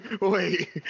wait